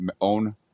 own